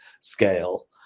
scale